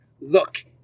Look